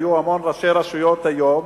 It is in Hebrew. היו המון ראשי רשויות היום,